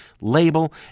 label